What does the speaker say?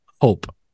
hope